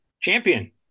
Champion